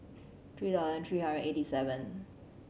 three thousand three hundred eighty seven